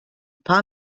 paar